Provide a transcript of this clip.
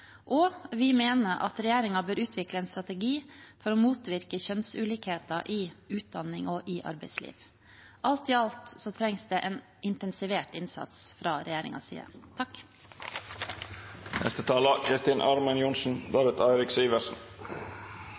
Og vi mener at regjeringen bør utvikle en strategi for å motvirke kjønnsulikheter i utdanning og i arbeidsliv. Alt i alt trengs det en intensivert innsats fra regjeringens side.